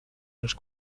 los